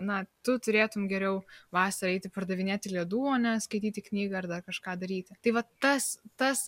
na tu turėtum geriau vasarą eiti pardavinėti ledų o ne skaityti knygą ar dar kažką daryti tai vat tas tas